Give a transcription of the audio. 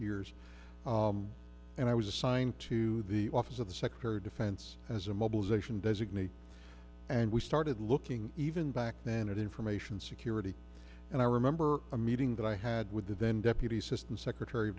years and i was assigned to the office of the secretary of defense as a mobilization designate and we started looking even back then at information security and i remember a meeting that i had with the then deputy assistant secretary of